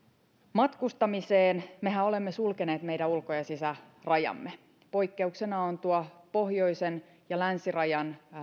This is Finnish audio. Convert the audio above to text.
matkustamiseen mehän olemme sulkeneet meidän ulko ja sisärajamme poikkeuksena on tuo pohjoisen ja länsirajan